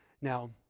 Now